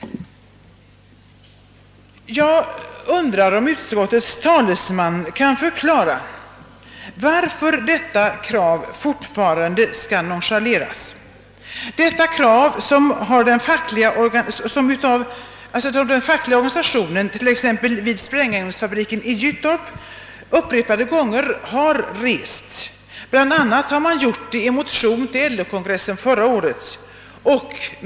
Jag undrar om utskottets talesman kan förklara varför detta krav fortfarande skall nonchaleras. Det har rests upprepade gånger vid sprängämnesfabriken i Gyttorp. Bland annat har man gjort det i en motion till LO-kongressen förra året.